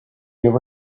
you